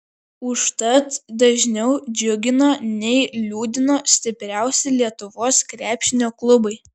užtat dažniau džiugino nei liūdino stipriausi lietuvos krepšinio klubai